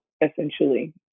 essentially